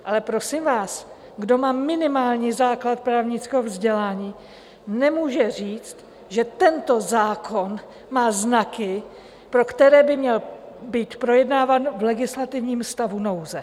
Ale prosím vás, kdo má minimální základ právnického vzdělání, nemůže říct, že tento zákon má znaky, pro které by měl být projednáván v legislativním stavu nouze.